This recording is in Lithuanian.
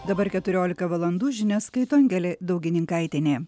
dabar keturiolika valandų žinias skaito angelė daugininkaitienė